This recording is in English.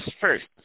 first